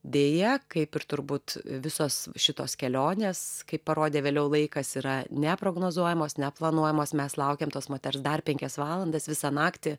deja kaip ir turbūt visos šitos kelionės kaip parodė vėliau laikas yra neprognozuojamos neplanuojamos mes laukėme tos moters dar penkias valandas visą naktį